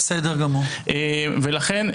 ולכן,